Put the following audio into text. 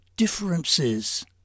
Differences